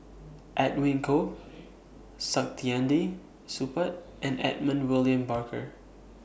Edwin Koo Saktiandi Supaat and Edmund William Barker